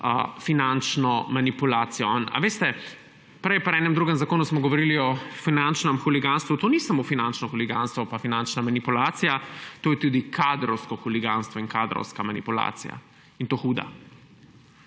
finančno manipulacijo. A veste, prej pri enem drugem zakonu smo govorili o finančnem huliganstvu. To ni samo finančno huliganstvo pa finančna manipulacija, to je tudi kadrovsko huliganstvo in kadrovska manipulacija. In to huda!